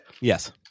Yes